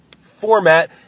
format